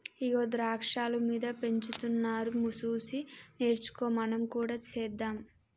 ఇగో ద్రాక్షాలు మీద పెంచుతున్నారు సూసి నేర్చుకో మనం కూడా సెద్దాం